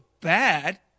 bad